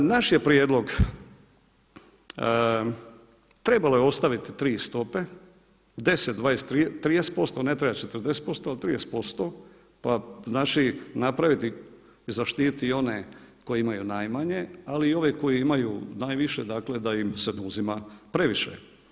Naš je prijedlog, trebalo je ostaviti tri stope, 10, 20, 30%, ne treba 40% ali 30%, pa znači napraviti i zaštiti one koji imaju najmanje ali i ove koji imaju najviše dakle da im se ne uzima previše.